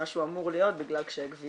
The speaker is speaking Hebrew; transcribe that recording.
ממה שהוא היה אמור להיות בגלל קשיי גבייה,